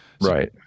Right